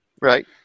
Right